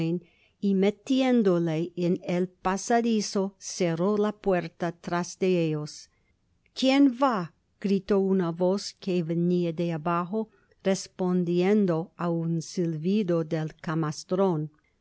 y metiéndole en el pasadizo cerró la puerta tras de ellos quien va gritó una voz que venia de abajo respondiendo á un sil vi do del